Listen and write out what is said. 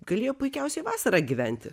galėjo puikiausiai vasarą gyventi